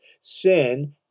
sin